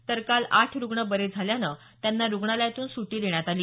तर काल आठ रुग्ण बरे झाल्यान त्यांना रुग्णालयातून सुटी देण्यात आली